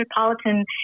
Metropolitan